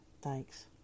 Thanks